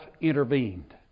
intervened